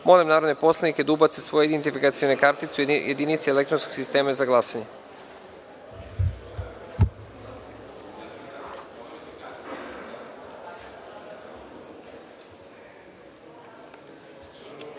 narodne poslanike da ubace svoje identifikacione kartice u jedinice elektronskog sistema za